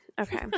Okay